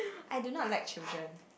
I don't know I like children